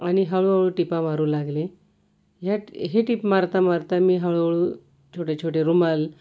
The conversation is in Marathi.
आणि हळूहळू टिपा मारू लागले ह्या हे टिप मारता मारता मी हळूहळू छोटे छोटे रुमाल